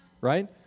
right